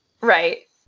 Right